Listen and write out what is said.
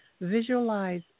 visualize